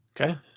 Okay